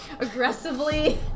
aggressively